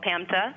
PAMTA